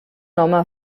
home